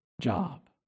job